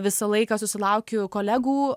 visą laiką susilaukiu kolegų